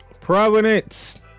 Providence